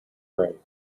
brave